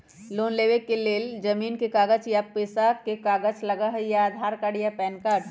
Loan लेवेके लेल जमीन के कागज या पेशा के कागज लगहई या आधार कार्ड या पेन कार्ड?